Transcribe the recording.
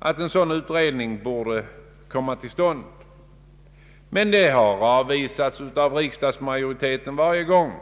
krav på en sådan utredning, men dessa krav har avvisats av riksdagsmajoriteten varje gång.